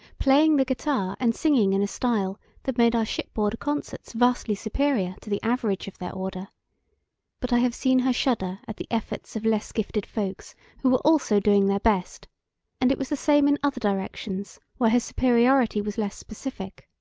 playing the guitar and singing in a style that made our shipboard concerts vastly superior to the average of their order but i have seen her shudder at the efforts of less gifted folks who were also doing their best and it was the same in other directions where her superiority was less specific.